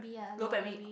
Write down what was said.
lower primary